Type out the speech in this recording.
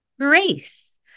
grace